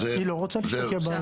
הן לא רוצות להשתקע בארץ.